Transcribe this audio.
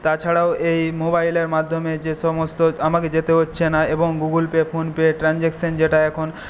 তাছাড়াও এই মোবাইলের মাধ্যমে যে সমস্ত আমাকে যেতে হচ্ছে না এবং Google Pay PhonePe transaction যেটা এখন